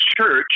church